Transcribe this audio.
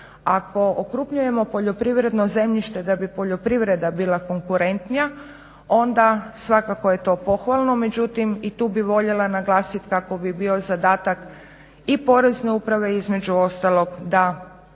Ako okrupnjujemo poljoprivredno zemljište da bi poljoprivreda bila konkurentnija onda svakako je to pohvalno. Međutim, i tu bih voljela naglasit kako bi bio zadatak i Porezne uprave između ostalog da